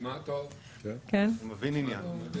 נשמע טוב, הוא מבין עניין.